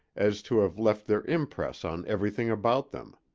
as to have left their impress on everything about them.